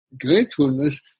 gratefulness